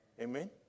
Amen